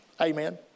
Amen